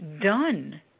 done